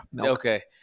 Okay